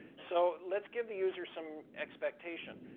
so let's give the user some expectation.